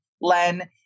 Len